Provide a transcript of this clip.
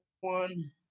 one